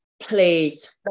please